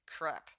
crap